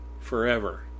forever